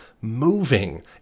moving